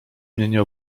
nie